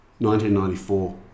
1994